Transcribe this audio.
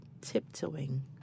Tiptoeing